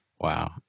Wow